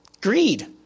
Greed